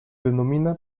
denomina